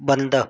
बंद